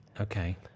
Okay